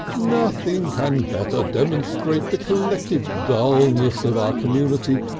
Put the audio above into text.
nothing can better demonstrate the collective dulness of our community,